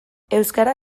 euskara